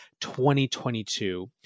2022